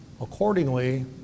Accordingly